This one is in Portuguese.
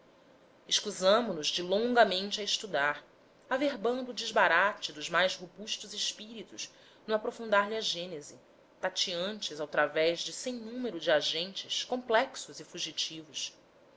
escusamo nos de longamente a estudar averbando o desbarate dos mais robustos espíritos no aprofundar lhe a gênese tateantes ao través de sem número de agentes complexos e fugitivos